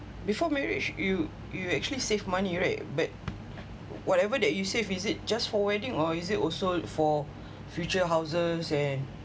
before marriage you you actually save money right but whatever that you save is it just for wedding or is it also for future houses and